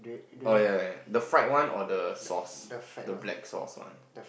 oh ya ya the fried one or the sauce the black sauce one